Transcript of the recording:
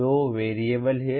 दो वेरिएबल हैं